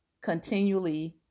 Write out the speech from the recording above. continually